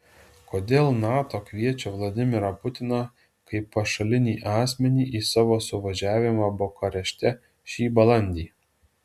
kodėl nato kviečia vladimirą putiną kaip pašalinį asmenį į savo suvažiavimą bukarešte šį balandį